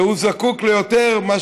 והוא זקוק ליותר ממה